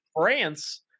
France